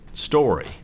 story